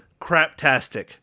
craptastic